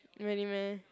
really meh